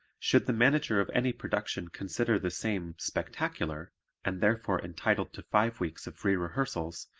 should the manager of any production consider the same spectacular and therefore entitled to five weeks of free rehearsals,